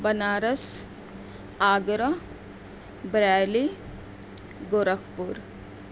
Banaras Agra Bareilly Gorakhpur